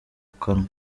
kanwa